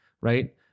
right